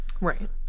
Right